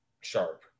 sharp